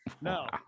No